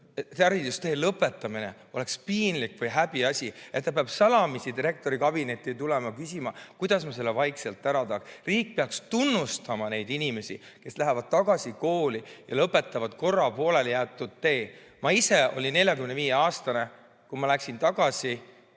haridustee lõpetamine oleks piinlik või häbiasi, nii et ta peab salamisi direktori kabinetti minema küsima, et kuidas ma selle vaikselt ära teeks. Riik peaks tunnustama neid inimesi, kes lähevad tagasi kooli ja lõpetavad pooleli jäetud tee. Ma ise olin 45‑aastane, kui ma läksin tagasi